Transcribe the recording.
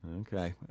okay